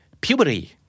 Puberty